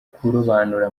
kurobanura